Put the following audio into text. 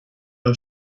nou